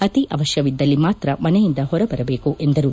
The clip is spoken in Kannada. ಅತೀ ಅವಶ್ವವಿದ್ದಲ್ಲಿ ಮಾತ್ರ ಮನೆಯಿಂದ ಹೊರಬರದೇಕು ಎಂದರು